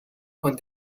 con